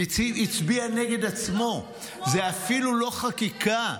הוא הצביע נגד עצמו, זו אפילו לא חקיקה.